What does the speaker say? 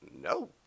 no